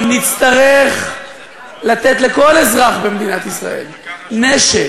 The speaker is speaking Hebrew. אם נצטרך לתת לכל אזרח במדינת ישראל נשק